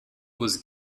was